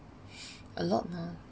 a lot lah